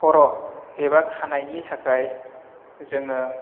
खर' एबा खानायनि थाखाय जोङो